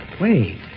Wait